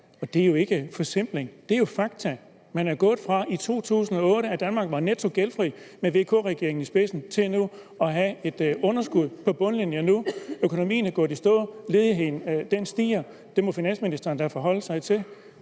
Og det er jo ikke forsimpling, det er fakta. Vi er gået fra i 2008, at Danmark var netto gældfri med VK-regeringen i spidsen, til nu at have et underskud på bundlinjen. Økonomien er gået i stå, ledigheden stiger, og det må finansministeren da forholde sig til.